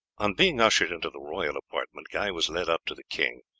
on being ushered into the royal apartment guy was led up to the king,